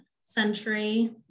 century